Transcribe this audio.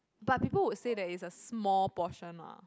but people would say that it's a small portion ah